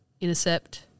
Intercept